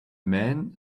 man